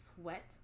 sweat